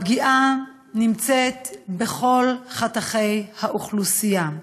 הפגיעה נמצאת בכל חתכי האוכלוסייה.